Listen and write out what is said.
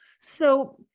So-